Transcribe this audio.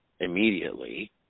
immediately